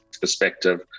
perspective